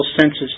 senses